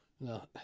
no